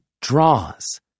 draws